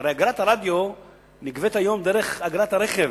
הרי אגרת הרדיו נגבית היום דרך אגרת הרכב.